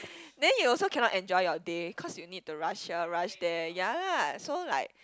then you also cannot enjoy your day cause you need to rush here rush there ya lah so like